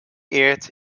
eert